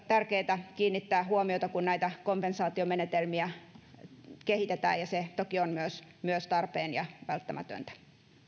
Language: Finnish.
tärkeätä kiinnittää huomiota kun näitä kompensaatiomenetelmiä kehitetään ja se toki on myös myös tarpeen ja välttämätöntä